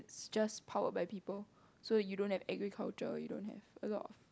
just powered by people so you don't have agriculture you don't have a lot of